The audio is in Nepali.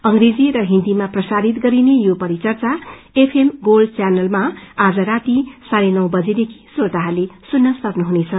अंप्रेजी र हिन्दीमा प्रसारित गरिने यो परिचर्चा एफएम गोल्ड चैनलमा आज राती साढ्ने नौ बजेदेखि श्रोताहरूले सुन्न सम्नुहुनेछ